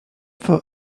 for